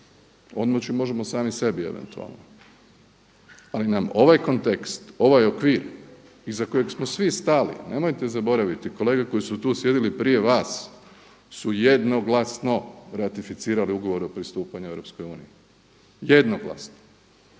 Odmoći možemo sami sebi eventualno. Ali nam ovaj kontekst, ovaj okvir iza kojeg smo svi stali. Nemojte zaboraviti, kolege koji su tu sjedili prije vas su jednoglasno ratificirali Ugovor o pristupanju Europskoj uniji, jednoglasno.